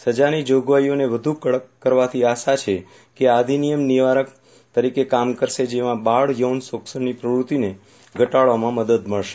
સજાની જોગવાઈઓને વધુ કડક કરવાથી આશા છે કે આ અધિનિયમ નિવારક તરીકે કામ કરશે જેમાં બાળ યૌન શોષણની પ્રવૃત્તિને ઘટાડવામાં મદદ મળશે